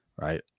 Right